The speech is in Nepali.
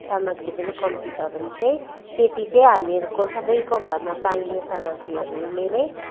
सामाग्री पनि कम्ती छ भने चाहिँ तेति चाहिँ हामीहरूको सबैको घरमा पाइने सामाग्रीहरूले नै